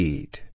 Eat